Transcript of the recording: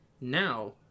now